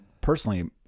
personally